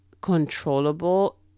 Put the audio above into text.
controllable